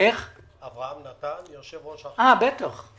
הפארק הוקם